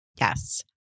Yes